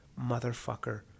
motherfucker